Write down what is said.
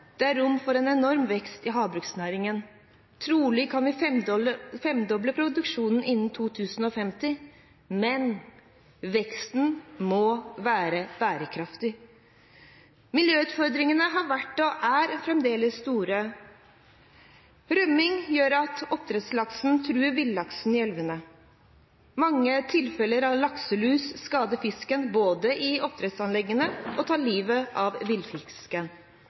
Det er rom for en enorm vekst i havbruksnæringen. Trolig kan vi femdoble produksjonen innen 2050. Men veksten må være bærekraftig. Miljøutfordringene har vært og er fremdeles store. Rømning gjør at oppdrettslaksen truer villaksen i elvene. Mange tilfeller av lakselus både skader fisken i oppdrettsanleggene og tar livet av villfisken.